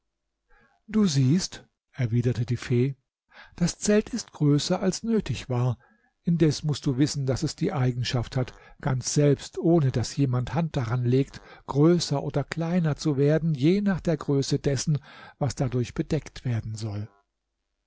du siehst erwiderte die fee das zelt ist größer als nötig war indes mußt du wissen daß es die eigenschaft hat ganz selbst ohne daß jemand hand daran legt größer oder kleiner zu werden je nach der größe dessen was dadurch bedeckt werden soll